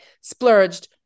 splurged